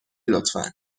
لطفا